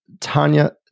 Tanya